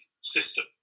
system